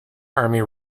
army